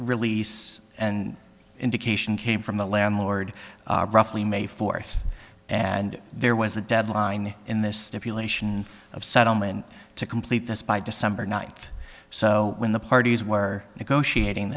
release and indication came from the landlord roughly may fourth and there was a deadline in this stipulation of settlement to complete this by december ninth so when the parties were negotiating